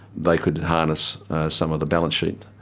they could harness some of the balance sheet.